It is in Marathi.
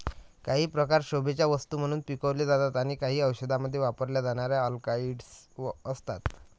काही प्रकार शोभेच्या वस्तू म्हणून पिकवले जातात आणि काही औषधांमध्ये वापरल्या जाणाऱ्या अल्कलॉइड्स असतात